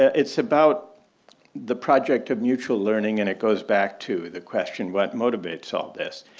it's about the project of mutual learning. and it goes back to the question what motivates all this?